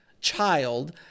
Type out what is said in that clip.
child